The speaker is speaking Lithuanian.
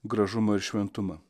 gražumą ir šventumą